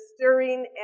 stirring